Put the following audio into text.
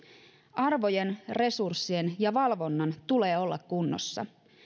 arvojen resurssien ja valvonnan tulee olla kunnossa